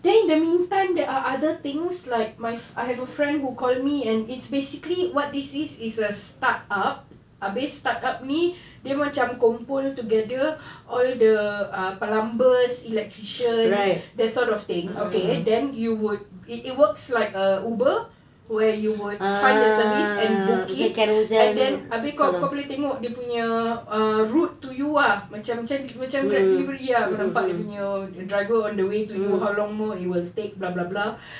then the meantime there are other things like my I have a friend who call me and it's basically what this is is a startup habis startup ni dia macam kumpul together all the plumbers electricians sort of thing okay then you would it works like a uber where you would find a service and book it and then abeh kau kau boleh tengok dia punya err err route to you ah macam macam macam grab delivery ah boleh nampak dia punya driver on the way to you how long more it will take blah blah blah